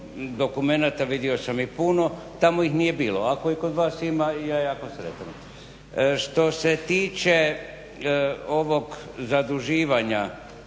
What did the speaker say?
dokumenata vidio sam ih puno, tamo ih nije bilo. Ako ih kod vas ima ja jako sretan. Što se tiče ovog zaduživanja,